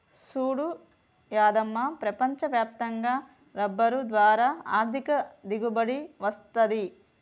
సూడు యాదమ్మ ప్రపంచ వ్యాప్తంగా రబ్బరు ద్వారా ఆర్ధిక దిగుబడి వస్తది